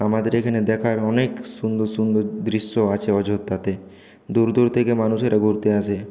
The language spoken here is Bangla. আমাদের এখানে দেখার অনেক সুন্দর সুন্দর দৃশ্য আছে অযোধ্যাতে দূর দূর থেকে মানুষেরা ঘুরতে আসে